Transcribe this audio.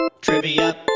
Trivia